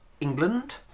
England